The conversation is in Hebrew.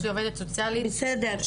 יש לי עובדת סוציאלית מושלמת,